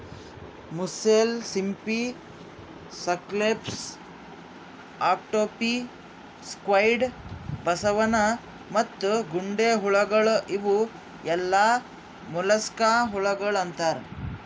mussels, ಸಿಂಪಿ, scallops, octopi, squid, ಬಸವನ ಮತ್ತ ಗೊಂಡೆಹುಳಗೊಳ್ ಇವು ಎಲ್ಲಾ ಮೊಲಸ್ಕಾ ಹುಳಗೊಳ್ ಅಂತಾರ್